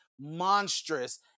monstrous